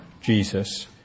Jesus